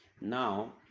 Now